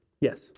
Yes